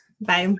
Bye